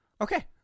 Okay